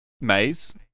Maze